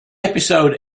episode